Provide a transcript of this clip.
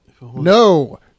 No